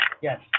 yes